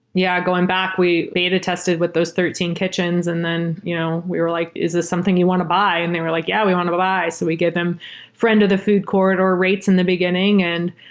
yeah. going back, we beta tested with those thirteen kitchens and then you know we were like, is this something you want to buy? and they were like, yeah, we want to buy. so we give them friend of the food corridor rates in the beginning and,